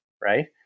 right